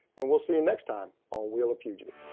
and we'll see you next time, on wheel of fugitive!